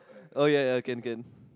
oh ya ya ya can can